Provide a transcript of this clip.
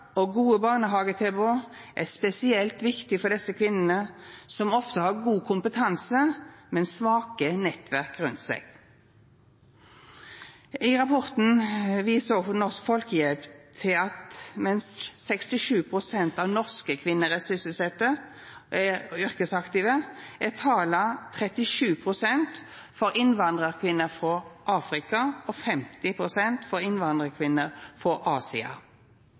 og gode barnehagetilbod er spesielt viktig for desse kvinnene, som ofte har god kompetanse, men svake nettverk rundt seg. I rapporten viser òg Norsk Folkehjelp til at mens 67 pst. av norske kvinner er yrkesaktive, er tala 37 pst. for innvandrarkvinner frå Afrika og 50 pst. for innvandrarkvinner frå Asia.